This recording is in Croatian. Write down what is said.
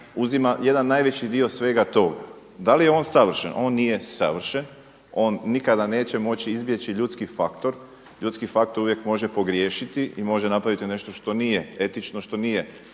uzima jedan najveći dio svega toga. Da li je on savršen? On nije savršen, on nikada neće moći izbjeći ljudski faktor. Ljudski faktor uvijek može pogriješiti i može napraviti nešto što nije etično, što nije